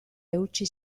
eutsi